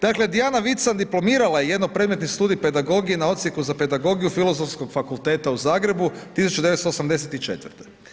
Dakle, Dijana Vican diplomirala je jednopredmetni studij pedagogije na Odsjeku za pedagogiju Filozofskog fakulteta u Zagrebu, 1984.